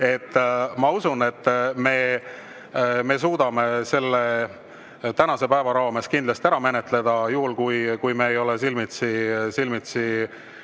Ma usun, et me suudame selle tänase päeva raames kindlasti ära menetleda, juhul kui me ei ole silmitsi